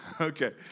Okay